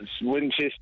Winchester